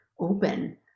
open